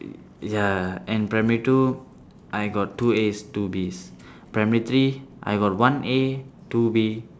ya and primary two I got two As two Bs primary three I got one A two B